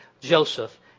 Joseph